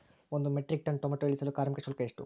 ಒಂದು metric ton tomato ಇಳಿಸಲು ಕಾರ್ಮಿಕರ ಶುಲ್ಕ ಎಷ್ಟು?